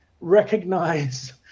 recognize